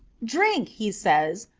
drink, he says,